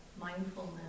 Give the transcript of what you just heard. mindfulness